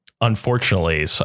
unfortunately